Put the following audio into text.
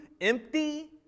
empty